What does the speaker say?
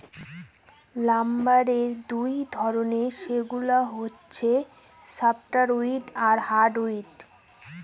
লাম্বারের দুই ধরনের, সেগুলা হচ্ছে সফ্টউড আর হার্ডউড